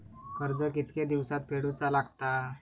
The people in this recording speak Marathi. कर्ज कितके दिवसात फेडूचा लागता?